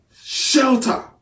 shelter